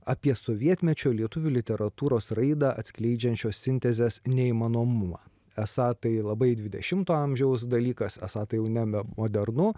apie sovietmečio lietuvių literatūros raidą atskleidžiančios sintezės neįmanomumą esą tai labai dvidešimto amžiaus dalykas esą tai jau ne modernu